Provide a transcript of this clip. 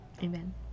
amen